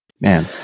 man